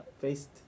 faced